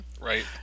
Right